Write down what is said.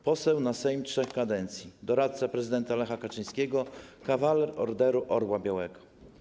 Poseł na Sejm trzech kadencji, doradca prezydenta Lecha Kaczyńskiego, kawaler Orderu Orła Białego.